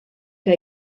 que